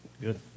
Good